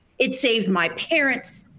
it saved my parents.